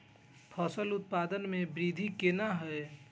फसल उत्पादन में वृद्धि केना हैं?